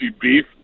beef